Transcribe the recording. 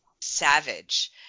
savage